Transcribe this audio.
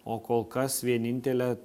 o kol kas vienintelė